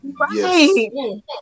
Right